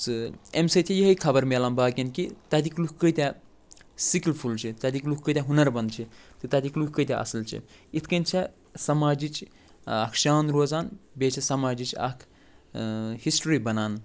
ژٕ اَمہِ سۭتۍ چہِ یِہوٚے خبر مِلان باقین کہِ تَتِکۍ لُکھ کۭتیٛاہ سِکِلفُل چھِ تَتِکۍ لُکھ کۭتیٛاہ ہُنر بنٛد چھِ تہٕ تَتِکۍ لُکھ کۭتیٛاہ اصٕل چھِ یِتھ کٔنۍ چھےٚ سماجِچ اکھ شان روزان بیٚیہِ چھِ سماجِچ اکھ ہسٹری بَنان